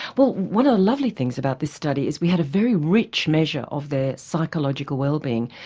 well one of the lovely things about this study is we had a very rich measure of their psychological wellbeing.